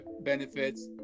benefits